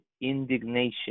indignation